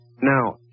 Now